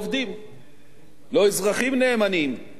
לא אזרחים נאמנים של מדינת ישראל.